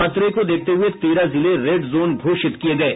खतरे को देखते हुये तेरह जिले रेड जोन घोषित किये गये